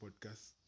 Podcast